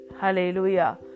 Hallelujah